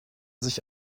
sich